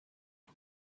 برو